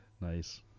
nice